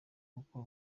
kuko